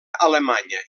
alemanya